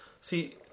See